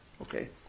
Okay